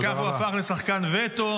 ככה הוא הפך לשחקן וטו.